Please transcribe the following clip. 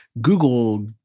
Google